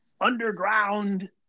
underground